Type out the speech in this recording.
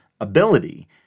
ability